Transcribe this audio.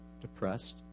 depressed